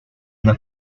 una